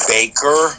Baker